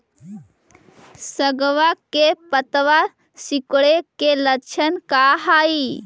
सगवा के पत्तवा सिकुड़े के लक्षण का हाई?